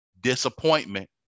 disappointment